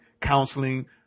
counseling